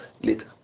later